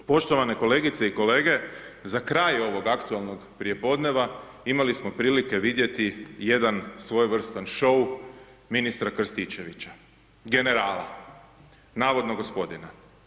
Poštovane kolegice i kolege za kraj ovog aktualnog prijepodneva imali smo prilike vidjeti jedan svojevrstan šou ministra Krstičevića, generala, navodno gospodina.